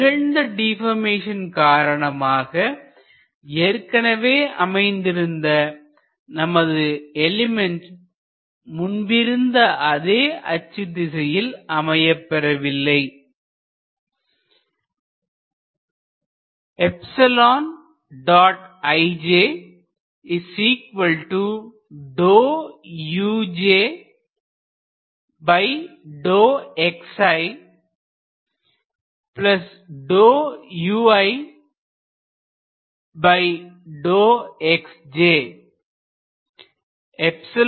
நிகழ்ந்த டிபர்மேசன் காரணமாக ஏற்கனவே அமைந்திருந்த நமது எலிமெண்ட் முன்பிருந்த அதே அச்சு திசையில் அமையப் பெறவில்லை So if you write it in the form of a matrix where you can see there are two indices each index varies from 1 2 3 that means you can write a 3 by 3 matrix using these components